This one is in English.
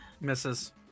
misses